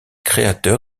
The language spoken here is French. créateur